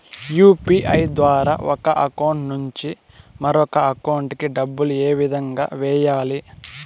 UPI ద్వారా ఒక account నుంచి మరొక అకౌంట్ కి డబ్బులు ఏ విధంగా వెయ్యాలి